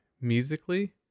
musically